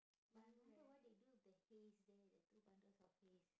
but I wonder what they do with the hays there the two bundles of hays